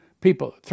people